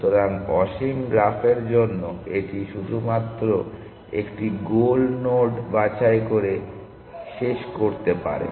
সুতরাং অসীম গ্রাফের জন্য এটি শুধুমাত্র একটি গোল নোড বাছাই করে শেষ করতে পারে